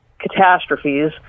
catastrophes